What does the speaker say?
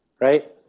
right